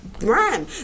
rhyme